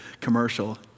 commercial